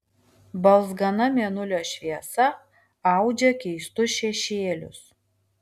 balzgana mėnulio šviesa audžia keistus šešėlius